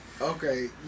Okay